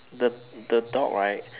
the the dog right